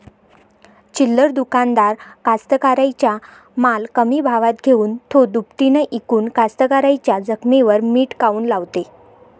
चिल्लर दुकानदार कास्तकाराइच्या माल कमी भावात घेऊन थो दुपटीनं इकून कास्तकाराइच्या जखमेवर मीठ काऊन लावते?